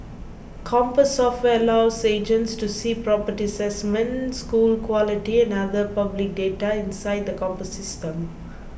compass software allows agents to see property assessments school quality and other public data inside the Compass System